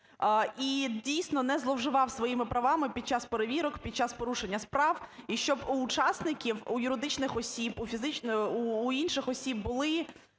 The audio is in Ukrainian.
і, дійсно, не зловживав своїми правами під час перевірок, під час порушення справ, і щоб у учасників, у юридичних осіб, у фізичних… у